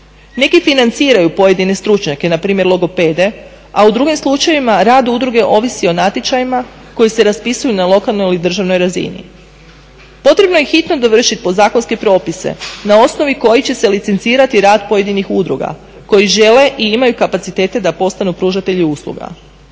Neki financiraju pojedine stručnjake, npr. logopede, a u drugim slučajevima rad udruge ovisi o natječajima koji se raspisuju na lokalnoj ili državnoj razini. Potrebno je hitno dovršiti podzakonske propise na osnovu kojih će se licencirati rad pojedinih udruga koji žele i imaju kapacitete da postanu pružatelji usluga.